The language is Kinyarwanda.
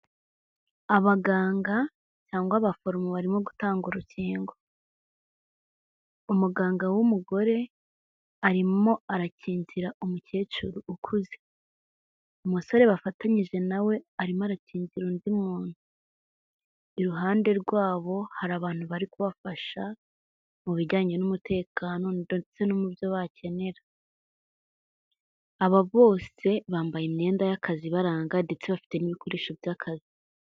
Abaganga cyangwa abaforomo barimo gutanga urukingo. Umuganga w'umugore arimo arakingira umukecu ukuze. Umusore bafatanyije na we arimo arakingira undi muntu. Iruhande rwabo hari abantu bari kubafasha mu bijyanye n'umutekano, ndetse no mu byo bakenera. Aba bose bambaye imyenda y'akazi ibaranga ndetse bafite n'ibikoresho by'akazi.